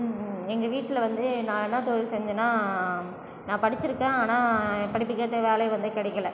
எங்கள் வீட்டில் வந்து நான் என்ன தொழில் செஞ்சனால் நான் படிச்சுருக்கேன் ஆனால் படிப்புக்கு ஏற்ற வேலை வந்து கிடைக்கல